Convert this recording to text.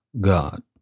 God